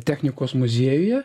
technikos muziejuje